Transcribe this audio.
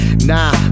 nah